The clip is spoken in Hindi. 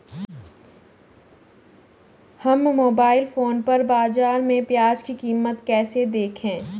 हम मोबाइल फोन पर बाज़ार में प्याज़ की कीमत कैसे देखें?